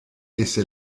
essa